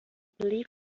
believe